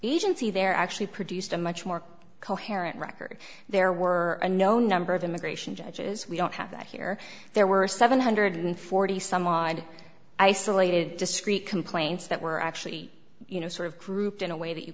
see there actually produced a much more coherent record there were no number of immigration judges we don't have that here there were seven hundred and forty some odd isolated discrete complaints that were actually you know sort of grouped in a way that you